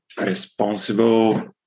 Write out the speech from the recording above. responsible